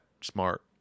smart